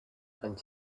and